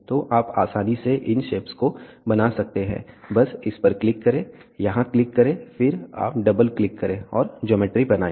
तो आप आसानी से इन शेप्स को बना सकते हैं बस इस पर क्लिक करें यहां क्लिक करें फिर आप डबल क्लिक करें और ज्योमेट्री बनाएं